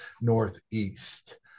northeast